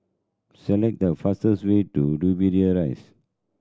select the fastest way to Dobbie Rise